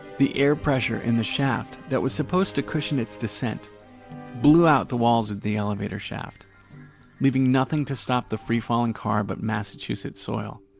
the air pressure in the shaft that was supposed to cushion its descent blew out the walls of the elevator shaft leaving nothing to stop the free-falling car but massachusetts soil.